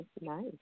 nice